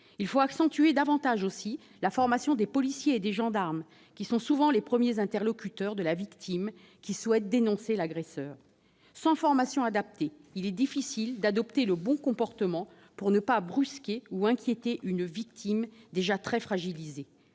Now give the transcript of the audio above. Il faut également améliorer la formation des policiers et des gendarmes, qui sont souvent les premiers interlocuteurs de la victime souhaitant dénoncer son agresseur. Si l'on n'a pas reçu une formation adaptée, il est difficile d'adopter le bon comportement pour ne pas brusquer ou inquiéter une victime déjà très fragilisée.